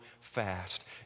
fast